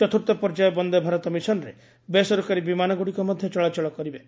ଚତୁର୍ଥପର୍ଯ୍ୟାୟ ବନ୍ଦେ ଭାରତ ମିଶନରେ ବେସରକାରୀ ବିମାନ ଗୁଡ଼ିକ ମଧ୍ୟ ଚଳାଚଳ କରିବେ